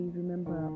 remember